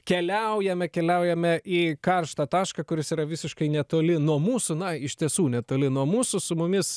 keliaujame keliaujame į karštą tašką kuris yra visiškai netoli nuo mūsų na iš tiesų netoli nuo mūsų su mumis